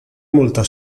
molta